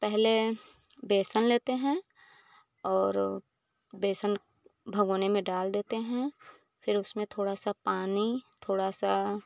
पहले बेसन लेते हैं और बेसन भगौने में डाल देते हैं फिर उसमें थोड़ा सा पानी थोड़ा सा